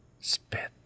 Spit